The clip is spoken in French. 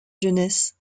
jeunesse